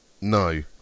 No